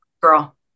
girl